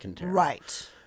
Right